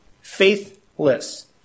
Faithless